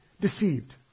deceived